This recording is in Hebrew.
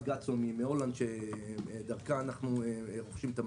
גדסוו מהולנד שדרכה אנחנו רוכשים את המצלמות,